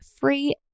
free